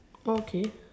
okay